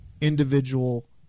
individual